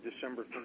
December